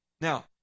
Now